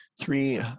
three